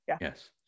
yes